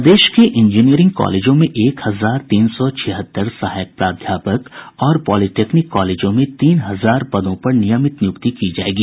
प्रदेश के इंजीनियरिंग कॉलेजों में एक हजार तीन सौ छिहत्तर सहायक प्राध्यापक और पॉलिटेक्निक कॉलेजों में तीन हजार पदों पर नियमित नियुक्ति की जायेगी